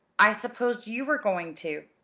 i supposed you were going to.